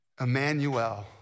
Emmanuel